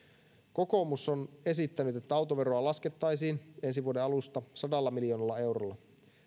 kokoomus on esittänyt että autoveroa laskettaisiin ensi vuoden alusta sadalla miljoonalla eurolla